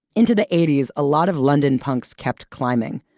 into the eighty s, a lot of london punks kept climbing.